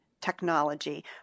technology